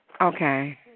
Okay